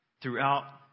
throughout